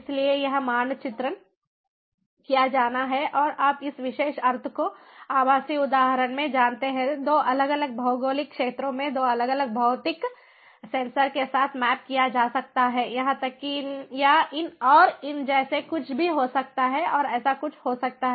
इसलिए यह मानचित्रण किया जाना है और आप इस विशेष अर्थ को आभासी उदाहरण में जानते हैं 2 अलग अलग भौगोलिक क्षेत्रों में 2 अलग अलग भौतिक सेंसर के साथ मैप किया जा सकता है यहां तक कि इन या इन और इन जैसे कुछ भी हो सकते हैं और ऐसा कुछ हो सकता है